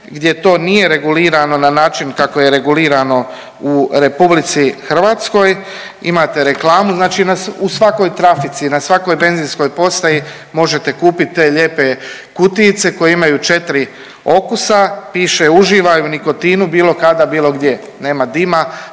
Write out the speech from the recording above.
gdje to nije regulirano na način kako je regulirano u RH imate reklamu. Znači u svakoj trafici, na svakoj benzinskoj postaji možete kupiti te lijepe kutijice koje imaju četiri okusa. Piše uživaj u nikotinu bilo kada, bilo gdje. Nema dima,